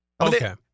Okay